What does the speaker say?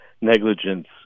negligence